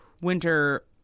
Winter